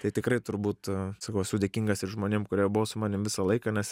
tai tikrai turbūt sakau esu dėkingas ir žmonėm kurie buvo su manim visą laiką nes